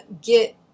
get